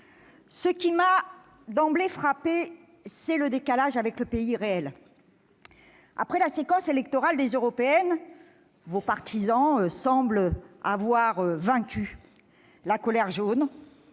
Ce qui m'a d'emblée frappée, c'est le décalage avec le pays réel. Après la séquence électorale des européennes, vos partisans semblent avoir vaincu la colère jaune,